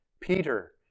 Peter